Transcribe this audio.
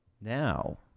Now